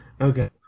okay